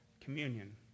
communion